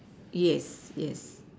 yes yes